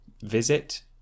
visit